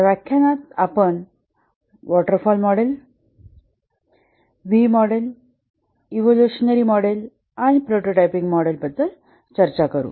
या व्याख्यानात आपण waterfall model V model evolutionary model आणि प्रोटोटाइपिंग मॉडेलबद्दल चर्चा करू